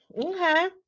Okay